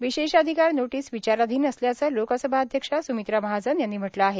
विशेषाधिकार नोटीस विचाराधिन असल्याचं लोकसभाध्यक्षा स्मित्रा महाजन यांनी म्हटलं आहे